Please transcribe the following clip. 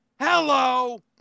Hello